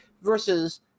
versus